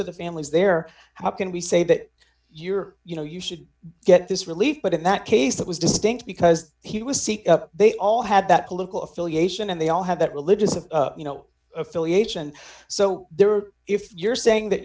of the families there how can we say that your you know you should get this relief but in that case that was distinct because he was see they all had that political affiliation and they all have that religious of you know affiliation so there are if you're saying that